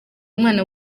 mwana